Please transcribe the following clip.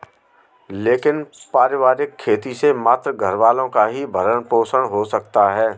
लेकिन पारिवारिक खेती से मात्र घरवालों का ही भरण पोषण हो सकता है